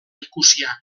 ikusia